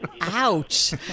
Ouch